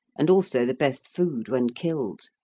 and also the best food when killed.